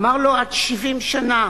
אמר לו: עד שבעים שנה.